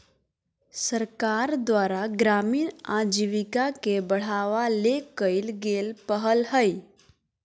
सरकार द्वारा ग्रामीण आजीविका के बढ़ावा ले कइल गेल पहल हइ